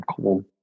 cold